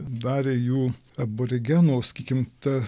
darė jų aborigenų sakykim ta